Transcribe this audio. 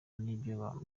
n’ibiryo